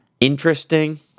interesting